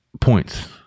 Points